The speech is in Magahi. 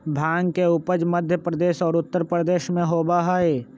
भांग के उपज मध्य प्रदेश और उत्तर प्रदेश में होबा हई